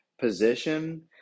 position